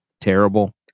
terrible